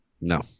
No